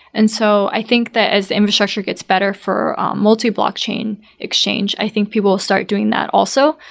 and so i think that as infrastructure gets better for multi-blockchain exchange, i think people will start doing that also.